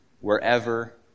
wherever